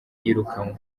yirukanwe